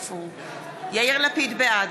בעד